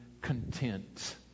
content